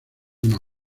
una